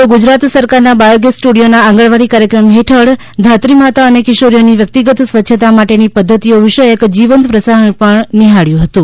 તો ગુજરાત સરકારના બાયોગેસ સ્ટુડીયોના આંગણવાડી કાર્યક્રમ હેઠળ ધાત્રીમાતા અને કિશોરીઓની વ્યક્તિગત સ્વચ્છતા માટેની પધ્ધતિઓ વિષયક જીવંત પ્રસારણ પણ નિહાળ્યું હતુ